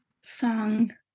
song